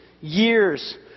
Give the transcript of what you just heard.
Years